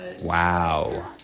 Wow